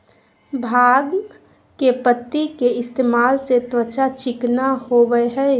भांग के पत्ति के इस्तेमाल से त्वचा चिकना होबय हइ